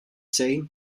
say